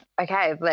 okay